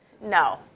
no